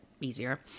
easier